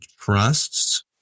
trusts